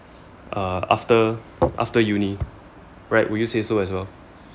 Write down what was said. uh after after uni right will you say so as well